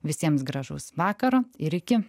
visiems gražaus vakaro ir iki